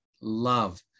love